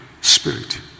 spirit